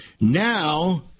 now